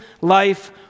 life